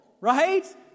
right